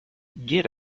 get